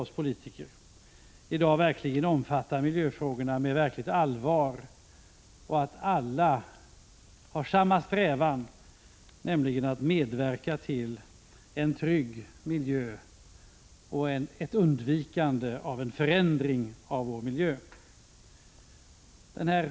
oss politiker, i dag verkligen omfattar miljöfrågorna med stort allvar och att alla har samma strävan, nämligen att medverka till en trygg miljö och att motverka en negativ förändring av vår miljö.